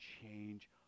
change